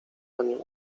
aniu